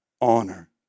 honor